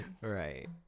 Right